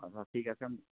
আচ্ছা ঠিক আছে